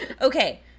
Okay